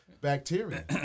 Bacteria